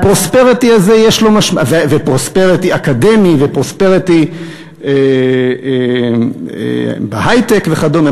ופרוספריטי אקדמי ופרוספריטי בהיי-טק וכדומה.